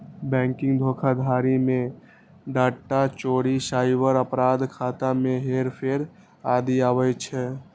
banking धोखाधड़ी मे data चोरी, साइबर अपराध, खाता मे हेरफेर आदि आबै छै